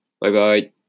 Bye-bye